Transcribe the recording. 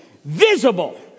Visible